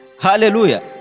Hallelujah